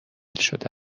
شده